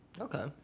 Okay